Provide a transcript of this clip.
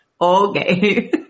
Okay